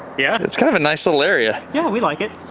yeah it's kind of a nice little area. yeah, we like it.